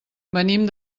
venim